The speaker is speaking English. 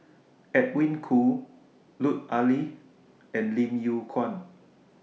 Edwin Koo Lut Ali and Lim Yew Kuan